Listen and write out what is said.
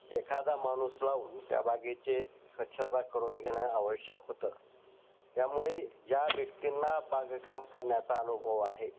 एखादा माणूस लावून त्या बागेचे स्वच्छता करून घेणं आवश्यक होतं त्यामुळे ज्या व्यक्तींना बागकाम करण्या्चा अनुभव आहे